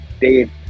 Dave